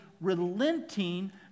relenting